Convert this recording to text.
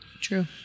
True